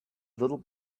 little